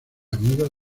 amigo